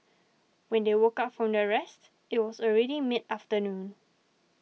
when they woke up from their rest it was already mid afternoon